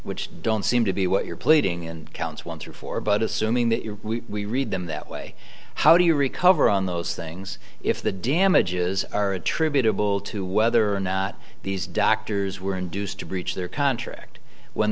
which don't seem to be what you're pleading in counts one through four but assuming that your we read them that way how do you recover on those things if the damages are attributable to whether or not these doctors were induced to breach their contract when